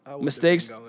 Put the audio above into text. mistakes